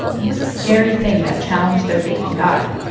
it was a scary thing that challenged their faith in god.